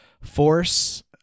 force